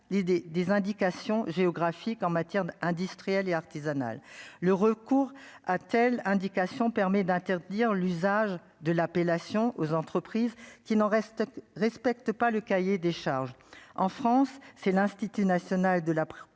des indications géographiques en matière d'industriel et artisanal, le recours à tel indication permet d'interdire l'usage de l'appellation aux entreprises qui n'en reste respecte pas le cahier des charges en France, c'est l'Institut national de la propriété